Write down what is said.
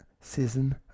season